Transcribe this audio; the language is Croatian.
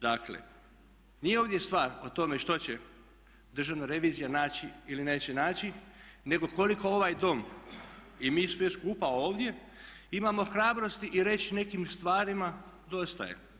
Dakle, nije ovdje stvar što će Državna revizija naći ili neće naći, nego koliko ovaj Dom i mi svi skupa ovdje imamo hrabrosti i reći nekim stvarima dosta je.